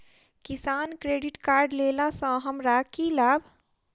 किसान credit card लेला सऽ हमरा की लाभ?